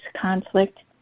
conflict